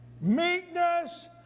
meekness